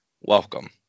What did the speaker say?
welcome